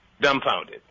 dumbfounded